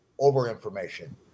over-information